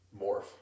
morph